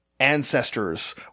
Ancestors